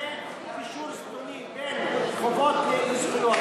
שזה קישור זדוני של חובות לזכויות,